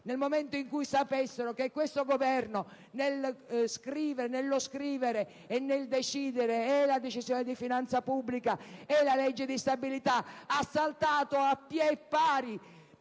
nel momento in cui sapessero che questo Governo, nello scrivere e nel decidere la Decisione di finanza pubblica e la legge di stabilita, ha saltato a piè pari,